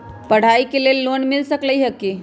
पढाई के लेल लोन मिल सकलई ह की?